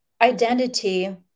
identity